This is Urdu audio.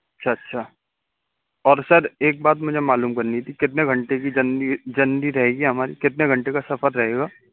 اچھا اچھا اور سر ایک بات مجھے معلوم کرنی تھی کتنے گھنٹے کی جرنی جرنی رہے گی ہماری کتنے گھنٹے کا سفر رہے گا